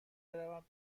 بروم